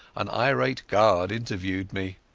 an irate guard interviewed me.